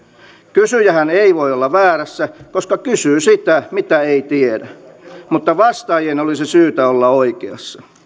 kysyjähän ei voi olla väärässä koska kysyy sitä mitä ei tiedä mutta vastaajien olisi syytä olla oikeassa